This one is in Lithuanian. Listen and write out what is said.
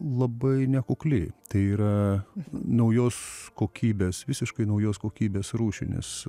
labai nekukli tai yra naujos kokybės visiškai naujos kokybės rūšinis